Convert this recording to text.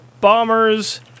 Bombers